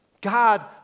God